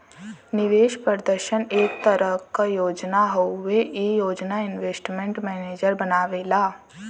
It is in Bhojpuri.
निवेश प्रदर्शन एक तरह क योजना हउवे ई योजना इन्वेस्टमेंट मैनेजर बनावेला